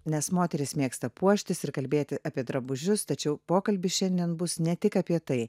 nes moterys mėgsta puoštis ir kalbėti apie drabužius tačiau pokalbis šiandien bus ne tik apie tai